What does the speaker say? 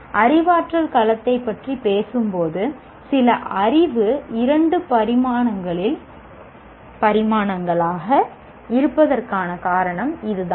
அறிவாற்றல் களத்தைப் பற்றி பேசும்போது சில அறிவு இரண்டு பரிமாணங்களாக இருப்பதற்கான காரணம் இதுதான்